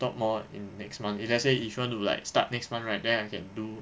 talk more in next month if let's say if you want to like start next month right then I can do